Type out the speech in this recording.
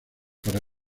para